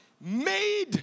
made